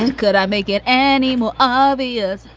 and could i make it any more obvious?